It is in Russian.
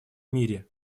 мире